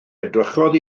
edrychodd